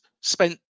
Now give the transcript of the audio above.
spent